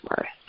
worth